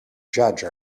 judge